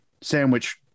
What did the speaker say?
sandwich